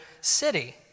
city